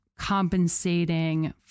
compensating